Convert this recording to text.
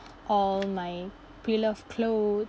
all my pre-loved clothes